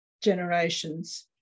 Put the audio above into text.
generations